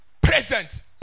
present